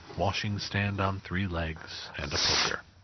washing-stand on three legs, and a poker.